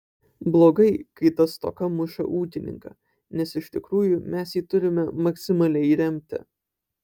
blogai kai ta stoka muša ūkininką nes iš tikrųjų mes jį turime maksimaliai remti